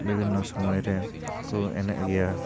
ᱵᱤᱵᱷᱤᱱᱚ ᱚᱠᱛᱚ ᱨᱮ ᱠᱚ ᱮᱱᱮᱡᱽ ᱜᱮᱭᱟ